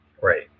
Right